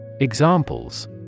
Examples